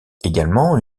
également